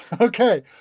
Okay